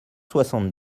soixante